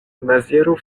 maziero